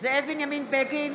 זאב בנימין בגין,